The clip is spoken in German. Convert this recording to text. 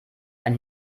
ein